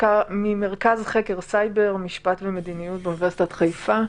ממרכז חקר סייבר, משפט ומדיניות באוניברסיטת חיפה.